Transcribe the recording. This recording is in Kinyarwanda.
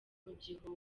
umubyibuho